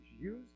Use